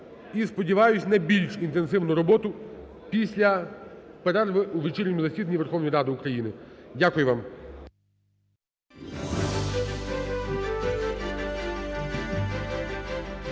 І сподіваюсь на більш інтенсивну роботу після перерви у вечірньому засіданні Верховної Ради України. Дякую вам.